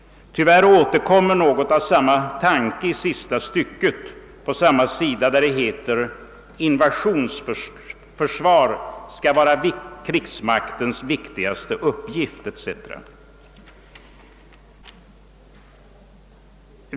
Tyvärr återkommer något av samma tanke i sista stycket på samma sida, där det heter: »Invasionsförsvar skall vara krigsmaktens viktigaste uppgift», etc.